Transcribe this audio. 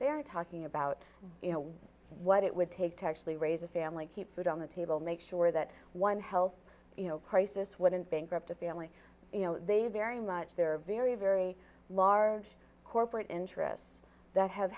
they're talking about you know what it would take to actually raise a family keep food on the table make sure that one health crisis wouldn't bankrupt at the only you know they very much there are very very large corporate interests that have